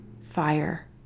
fire